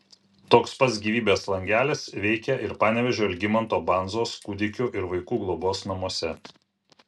toks pat gyvybės langelis veikia ir panevėžio algimanto bandzos kūdikių ir vaikų globos namuose